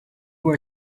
were